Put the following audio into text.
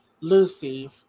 Lucy